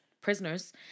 prisoners